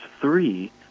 three